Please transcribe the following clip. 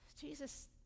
Jesus